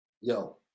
yo